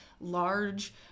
large